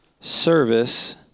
service